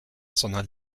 sondern